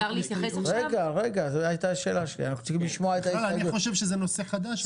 אני בכלל חושב שזה נושא חדש.